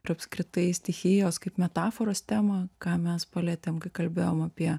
ir apskritai stichijos kaip metaforos temą ką mes palietėm kai kalbėjom apie